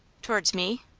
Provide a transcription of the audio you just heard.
towards me?